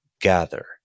gather